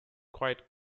quite